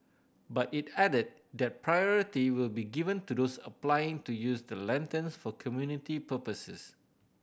but it added that priority will be given to those applying to use the lanterns for community purposes